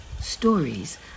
stories